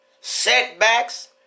Setbacks